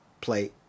play